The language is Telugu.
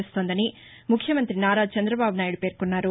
చేస్తోందని ముఖ్యమంతి నారా చంద్రబాబునాయుడు పేర్కొన్నారు